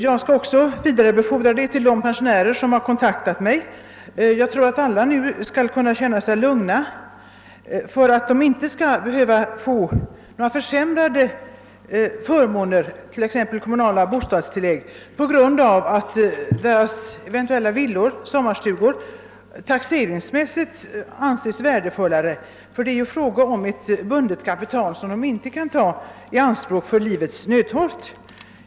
Jag skall vidarebefordra detta besked till de pensionärer som har kontaktat mig, och jag tror att alla nu skall kunna känna sig säkra på att de inte skall behöva få försämrade förmåner — t.ex. sänkta kommunala bostadstillägg — på grund av att deras eventuella villor eller sommarstugor taxeringsmässigt anses viärdefullare, Det är ju fråga om ett bundet kapital, som de inte kan ta i anspråk för livets nödtorft.